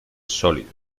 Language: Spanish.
sólido